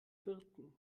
vierten